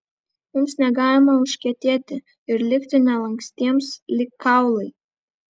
mums negalima užkietėti ir likti nelankstiems lyg kaulai